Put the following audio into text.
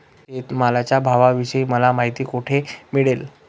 शेतमालाच्या भावाविषयी मला माहिती कोठे मिळेल?